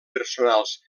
personals